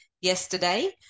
yesterday